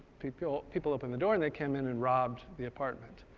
people people open the door, and they'd come in and robbed the apartment.